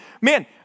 man